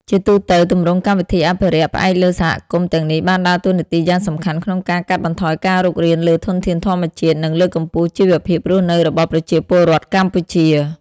ជាទូទៅ ទម្រង់កម្មវិធីអភិរក្សផ្អែកលើសហគមន៍ទាំងនេះបានដើរតួនាទីយ៉ាងសំខាន់ក្នុងការកាត់បន្ថយការរុករានលើធនធានធម្មជាតិ និងលើកកម្ពស់ជីវភាពរស់នៅរបស់ប្រជាពលរដ្ឋកម្ពុជា។